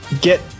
get